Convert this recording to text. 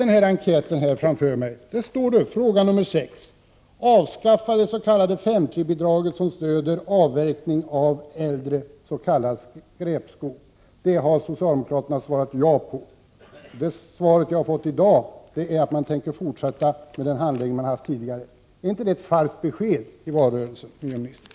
I fråga nr 6 vill Naturskyddsföreningen veta om de politiska partierna vill avskaffa det s.k. 5:3-bidraget som stöder avverkning av äldre s.k. skräpskog. Det har socialdemokraterna svarat ja på. Det svar jag har fått i dag är att man tänker fortsätta med den handläggning man har haft tidigare. Innebär inte det att det gavs ett falskt besked i valrörelsen, miljöministern?